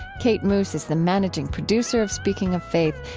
kate moos is the managing producer of speaking of faith.